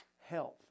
health